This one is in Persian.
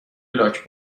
لاک